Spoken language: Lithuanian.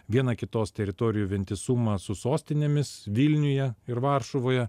viena kitos teritorijų vientisumą su sostinėmis vilniuje ir varšuvoje